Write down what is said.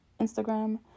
Instagram